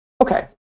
Okay